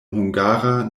hungara